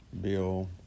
Bill